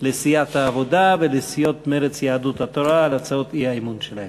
לסיעת העבודה ולסיעות מרצ ויהדות התורה על הצעות האי-אמון שלהן.